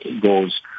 goes